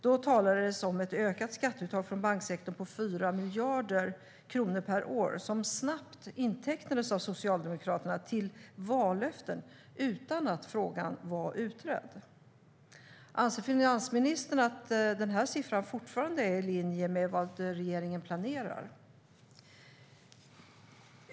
Då talades det om ett ökat skatteuttag från banksektorn på 4 miljarder kronor per år som snabbt intecknades av Socialdemokraterna till vallöften utan att frågan var utredd. Anser finansministern att den siffran fortfarande är i linje med vad regeringen planerar?